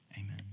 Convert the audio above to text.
Amen